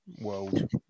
world